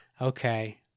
Okay